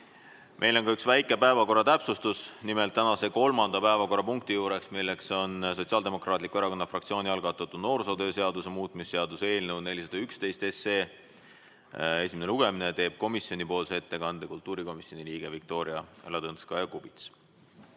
Meil on ka üks väike päevakorra täpsustus. Nimelt, tänase kolmanda päevakorrapunkti arutelul, Sotsiaaldemokraatliku Erakonna fraktsiooni algatatud noorsootöö seaduse muutmise seaduse eelnõu 411 esimesel lugemisel, teeb komisjoni ettekande kultuurikomisjoni liige Viktoria Ladõnskaja-Kubits.